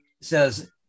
says